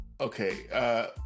okay